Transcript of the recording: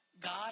God